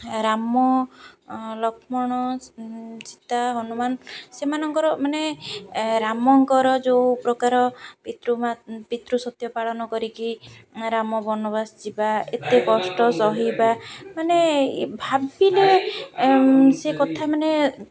ରାମ ଲକ୍ଷ୍ମଣ ସୀତା ହନୁମାନ ସେମାନଙ୍କର ମାନେ ରାମଙ୍କର ଯେଉଁ ପ୍ରକାର ପିତୃ ପିତୃ ସତ୍ୟ ପାଳନ କରିକି ରାମ ବନବାସ ଯିବା ଏତେ କଷ୍ଟ ସହିବା ମାନେ ଭାବିଲେ ସେ କଥା ମାନେ